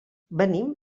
venim